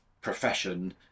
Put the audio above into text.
profession